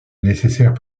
nécessaire